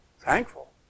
Thankful